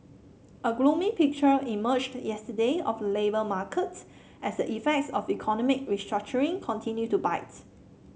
a gloomy picture emerged yesterday of the labour market as the effects of economic restructuring continue to bite